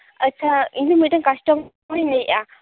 ᱟᱪᱪᱷᱟ ᱤᱧ ᱫᱚ ᱢᱤᱫᱴᱮᱱ ᱠᱟᱥᱴᱚᱢᱟᱨᱤᱧ ᱞᱟᱹᱭ ᱮᱫᱟ